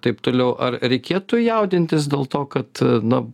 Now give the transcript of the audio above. taip toliau ar reikėtų jaudintis dėl to kad nu